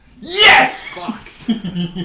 Yes